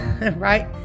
right